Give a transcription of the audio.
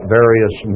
various